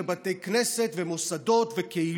ובתי כנסת וקהילות.